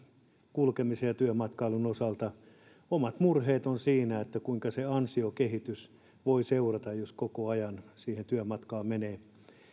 kulkemisen ja työmatkailun osalta omat murheet ovat siinä kuinka ansiokehitys voi seurata jos koko ajan työmatkaan menee